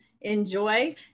Enjoy